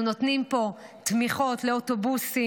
אנחנו נותנים פה תמיכות לאוטובוסים,